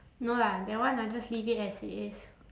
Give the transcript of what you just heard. no lah that one I just leave it as it is